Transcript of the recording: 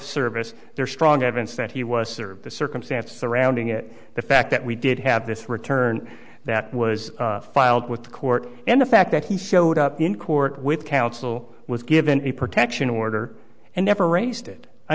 service there's strong evidence that he was the circumstances surrounding it the fact that we did have this return that was filed with the court and the fact that he showed up in court with counsel was given a protection order and never raised it i